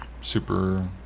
super